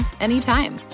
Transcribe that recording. anytime